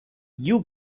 you